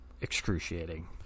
excruciating